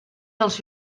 dels